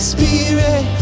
Spirit